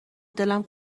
دلم